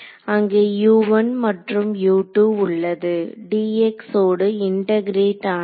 அங்கே மற்றும் உள்ளது dx ஓடு இண்டகிரேட் ஆனது